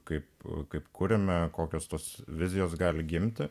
kaip kaip kuriame kokios tos vizijos gali gimti